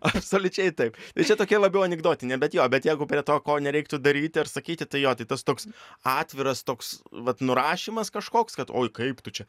absoliučiai taip tai čia tokia labiau anekdotinė bet jo bet jeigu prie to ko nereiktų daryti ar sakyti tai jo tai tas toks atviras toks vat nurašymas kažkoks kad oi kaip tu čia